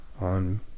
on